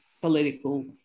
political